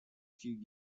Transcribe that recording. few